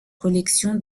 collection